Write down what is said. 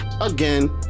again